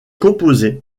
composé